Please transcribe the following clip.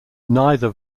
neither